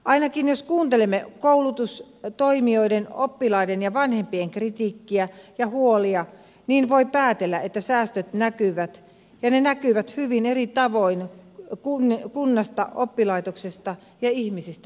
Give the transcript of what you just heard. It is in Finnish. ainakin jos kuuntelemme koulutustoimijoiden oppilaiden ja vanhempien kritiikkiä ja huolia niin voi päätellä että säästöt näkyvät ja ne näkyvät hyvin eri tavoin kunnasta oppilaitoksesta ja ihmisistä riippuen